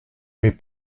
mes